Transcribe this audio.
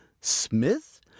Smith